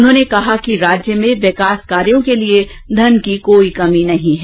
उन्होंने कहा कि राज्य में विकास कार्यों के लिए पैसों की कमी नहीं है